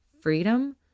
freedom